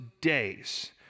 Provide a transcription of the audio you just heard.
days